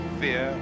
fear